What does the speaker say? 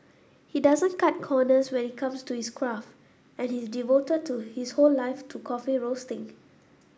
he doesn't cut corners when it comes to his craft and he's devoted to his whole life to coffee roasting